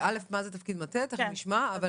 ומה זה תפקיד מטה, תכף נשמע.